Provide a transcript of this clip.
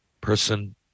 person